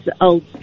old